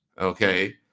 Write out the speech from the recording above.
Okay